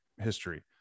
history